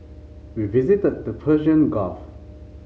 we visited the Persian Gulf